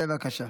בבקשה,